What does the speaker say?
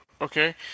okay